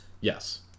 Yes